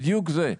בדיוק זה.